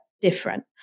different